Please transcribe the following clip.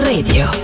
Radio